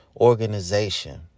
organization